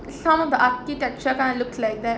some of the architecture kind of looks like that